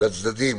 לצדדים